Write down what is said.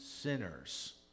sinners